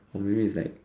or maybe it's like